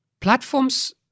platforms